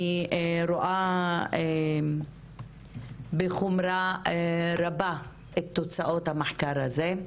אני רואה בחומרה רבה את תוצאות המחקר הזה.